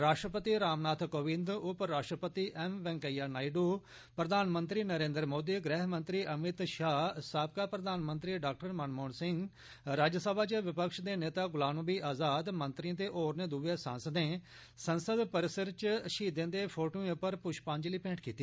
राष्ट्रपति रामनाथ कोविन्द उप राष्ट्रपति एम वैंकेया नायडू नायडू प्रधानमंत्री नरेन्द्र मोदी गृहमंत्री अमित शाह साबका प्रधानमंत्री डाक्टर मनमोहन सिंह राज्यसभा च विपक्ष दे नेता गुलाम नबी आज़ाद मंत्रिएं ते होरने दुए सांसदें संसद परिसर च शहीदें दी फोटू उप्पर पुष्पांजलि मेंट कीती